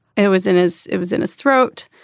it was in his. it was in his throat.